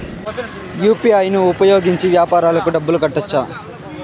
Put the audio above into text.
UPI ను ఉపయోగించి వ్యాపారాలకు డబ్బులు కట్టొచ్చా?